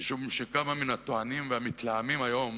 כמה מן הטוענים והמתלהמים היום